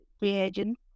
reagent